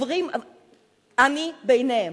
אני ביניהם,